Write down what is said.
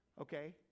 Okay